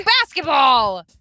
Basketball